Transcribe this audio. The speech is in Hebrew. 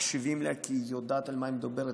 מקשיבים לה, כי היא יודעת על מה היא מדברת.